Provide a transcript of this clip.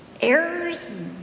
errors